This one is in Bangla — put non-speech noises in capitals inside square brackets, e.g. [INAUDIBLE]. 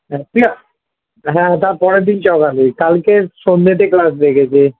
[UNINTELLIGIBLE] হ্যাঁ তার পরের দিন সকালে কালকে সন্ধ্যেতে ক্লাস রেখেছে